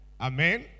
amen